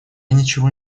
ничего